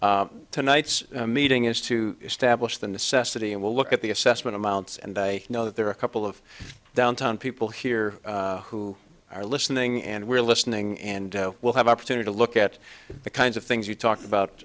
hearing tonight's meeting is to establish the necessity and we'll look at the assessment amounts and i know that there are a couple of downtown people here who are listening and we're listening and we'll have opportunity to look at the kinds of things you talked about